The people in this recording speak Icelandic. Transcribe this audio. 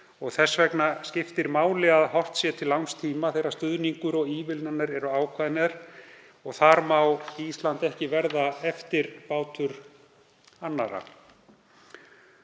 þess vegna skiptir máli að horft sé til langs tíma þegar stuðningur og ívilnanir eru ákveðnar og þar má Ísland ekki verða eftirbátur annarra.